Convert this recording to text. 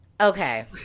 okay